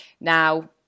Now